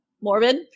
morbid